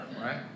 Right